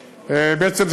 בעצם,